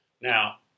Now